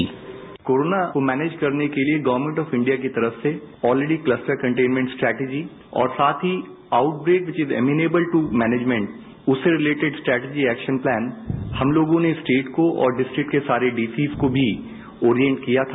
bite corona को manage करने के लिए गवर्मेट ऑफ इंडिया की तरफ से ऑलरेडी क्लस्टर कंटेनमेंट स्ट्रेटजी और साथ ही outbreak which is amenable to management उससे रिलेटिड स्ट्रेटजी एक्शन प्लान हम लोगों ने स्टेट को और डिस्ट्रिक्ट के सारे डी सीज को भी ऑरियंट किया था